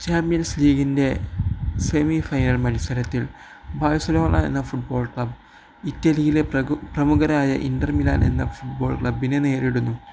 champions ലീഗിൻ്റെ semi final മത്സരത്തിൽ Barcelona എന്ന ഫുട്ബോൾ ക്ലബ് ഇറ്റലിയിലെ പ്രമുഖരായ ഇൻറ്റർ മിലാൻ എന്ന ഫുട്ബോൾ ക്ലബ്ബിനെ നേരിടുന്നു